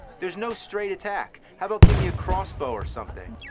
there is no straight attack! how about give me a crossbow or something?